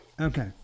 Okay